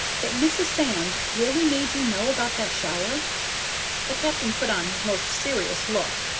that mrs. sands really made you know about that shower the captain put on his most serious look,